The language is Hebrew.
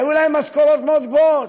היו להם משכורות מאוד גבוהות,